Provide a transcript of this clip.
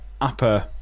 upper